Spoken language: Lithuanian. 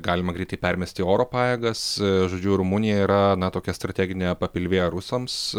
galima greitai permesti oro pajėgas žodžiu rumunija yra na tokia strateginė papilvė rusams